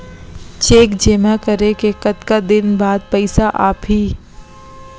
Cheque जेमा करे के कतका दिन बाद पइसा आप ही?